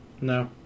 No